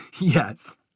Yes